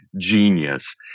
genius